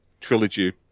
Trilogy